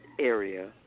area